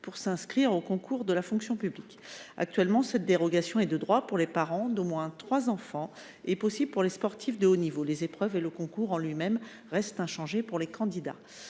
pour s’inscrire aux concours de la fonction publique. Actuellement, cette dérogation est de droit pour les parents d’au moins trois enfants et possible pour les sportifs de haut niveau. Les épreuves et le concours en lui même restent inchangés pour les candidats.